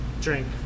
drink